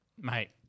Mate